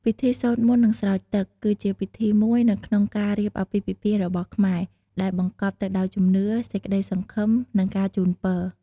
ពិធីសូត្រមន្ត និងស្រោចទឹក គឺជាពិធីមួយនៅក្នុងការរៀបអាពាហ៍ពិពាហ៍របស់ខ្មែរ ដែលបង្កប់ទៅដោយជំនឿ សេចក្តីសង្ឃឹម និងការជូនពរ។